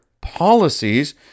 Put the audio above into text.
policies